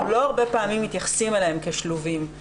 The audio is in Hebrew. לא הרבה פעמים מתייחסים אליהם כשלובים.